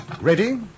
Ready